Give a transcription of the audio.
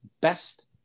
best